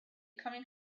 coming